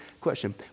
question